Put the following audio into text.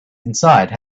inside